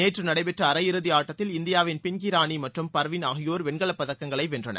நேற்று நடைபெற்ற அரையிறுதி ஆட்டத்தில் இந்தியாவின் பின்கி ராணி மற்றும் பர்வீண் ஆகியோர் வெண்கலப் பதக்கங்களை வென்றனர்